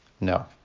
No